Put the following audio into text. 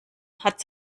hat